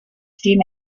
steam